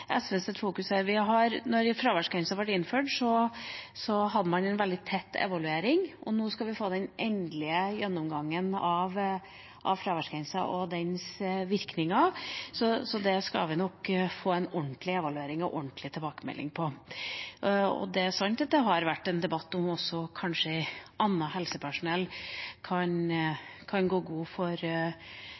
her fokuserer på. Da fraværsgrensa ble innført, hadde man en veldig tett evaluering, og nå skal vi få den endelige gjennomgangen av fraværsgrensa og dens virkninger. Så det skal vi nok få en ordentlig evaluering av og en ordentlig tilbakemelding på. Det er sant at det har vært en debatt om at kanskje også annet helsepersonell skal kunne gå god for